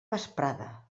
vesprada